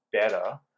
better